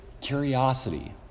Curiosity